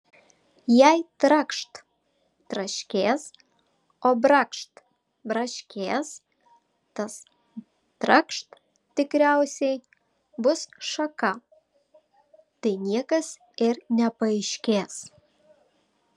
jei trakšt traškės o brakšt braškės tas trakšt tikriausiai bus šaka tai niekas ir nepaaiškės